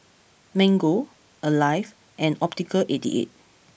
Mango Alive and Optical Eighty Eight